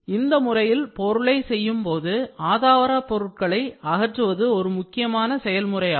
இந்த முறையில் பொருளை செய்யும்போது ஆதாரபொருட்களை அகற்றுவது ஒரு முக்கியமான செயல்முறையாகும்